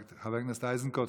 חבר הכנסת איזנקוט,